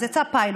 אז יצא פיילוט,